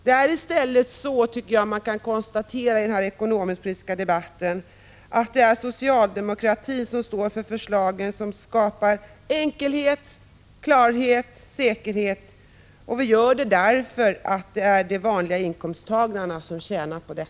Det är i stället så att man kan konstatera i denna ekonomisk-politiska debatt att det är socialdemokratin som står för förslagen, som skapar enkelhet, klarhet, säkerhet. Vi gör detta därför att det är de vanliga inkomsttagarna som tjänar på det.